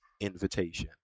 invitation